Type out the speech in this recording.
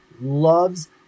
loves